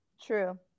True